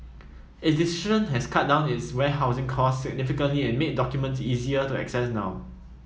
its decision has cut down its warehousing costs significantly and made documents easier to access now